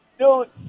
Dude